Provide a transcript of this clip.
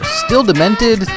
still-demented